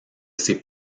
ses